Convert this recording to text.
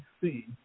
see